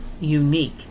unique